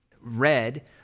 red